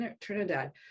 Trinidad